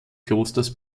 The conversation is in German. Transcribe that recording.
klosters